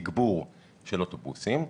תגבור של אוטובוסים.